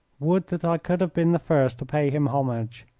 would that i could have been the first to pay him homage,